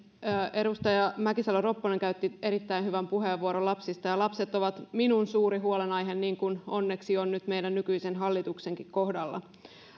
edustaja mäkisalo ropponen käytti erittäin hyvän puheenvuoron lapsista ja lapset ovat minun suuri huolenaiheeni niin kuin onneksi on nyt meidän nykyisen hallituksenkin kohdalla